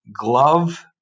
glove